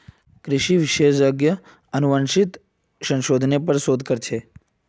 कृषि विशेषज्ञ अनुवांशिक संशोधनेर पर शोध कर छेक